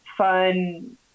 fun